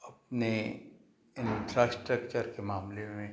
अपने इंफ्रास्ट्रक्चर के मामले में